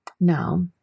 Now